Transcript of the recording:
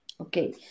okay